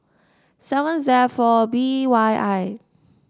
seven Z four B Y I